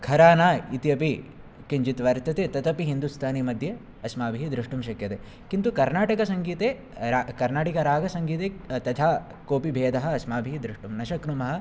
घराना इति अपि किञ्चित् वर्तते तदपि हिन्दुस्थानी मध्ये अस्माभिः द्रष्टुं शक्यते किन्तु कर्नाटकसङ्गीते कर्नाटकरागसङ्गीते तथा कोऽपि भेदः अस्माभिः द्रष्टुं न शक्नुमः